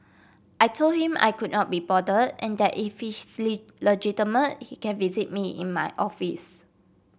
I told him I could not be bothered and that if he's legitimate he can visit me in my office